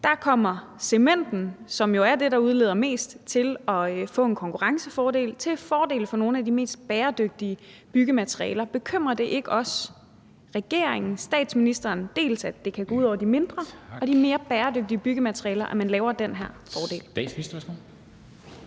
kommer cementen, som jo er det, der udleder mest, til at få en konkurrencefordel i forhold til nogle af de mest bæredygtige byggematerialer. Bekymrer det ikke også regeringen og statsministeren, at det kan gå ud over de mindre virksomheder og de mere bæredygtige byggematerialer, at man laver den her fordel?